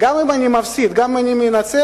גם אם אני מפסיד, גם אם אני מנצח,